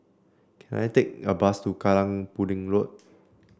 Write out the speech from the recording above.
can I take a bus to Kallang Pudding Road